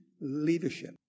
leadership